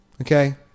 okay